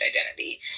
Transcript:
identity